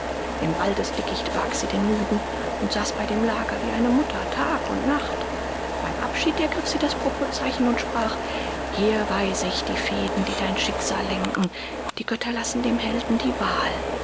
im waldesdickicht barg sie den müden und saß bei dem lager wie eine mutter nacht und tag beim abschied ergriff sie das purpurzeichen und sprach hier weise ich die fäden die dein schicksal lenken die götter lassen dem helden die wahl